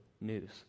news